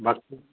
ਬਸ